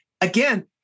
Again